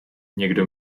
někdo